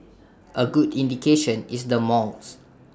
A good indication is the malls